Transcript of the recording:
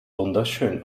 wunderschön